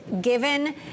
given